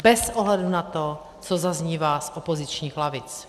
Bez ohledu na to, co zaznívá z opozičních lavic.